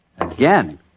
Again